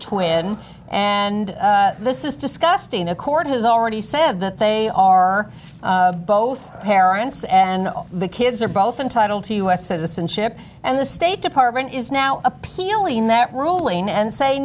twin and c this is discussed in a court has already said that they are both parents and the kids are both entitled to u s citizenship and the state department is now appealing that ruling and say